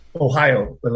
ohio